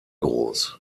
groß